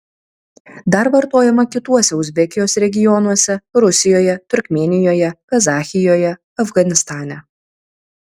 dar vartojama kituose uzbekijos regionuose rusijoje turkmėnijoje kazachijoje afganistane